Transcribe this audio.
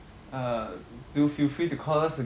err do feel free to call us